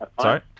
Sorry